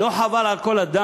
לא חבל על כל ההרס